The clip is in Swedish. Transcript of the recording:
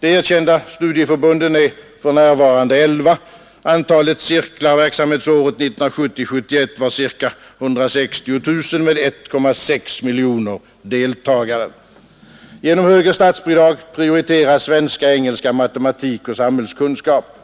De erkända studieförbunden är för närvarande elva. Antalet cirklar verksamhetsåret 1970/71 var ca 160 000 med 1,6 miljoner deltagare. Genom högre statsbidrag prioriteras svenska, engelska, matematik och samhällskunskap.